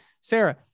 Sarah